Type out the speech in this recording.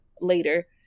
later